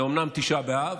זה אומנם תשעה באב,